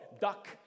duck